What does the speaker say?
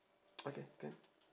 okay can